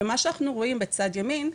מה שאנחנו רואים בצד ימין,